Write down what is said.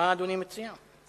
מה אדוני מציע?